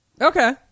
Okay